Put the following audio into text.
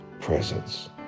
presence